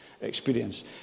experience